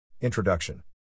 Introduction